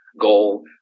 goal